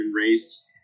race